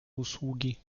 usługi